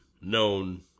known